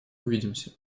увидимся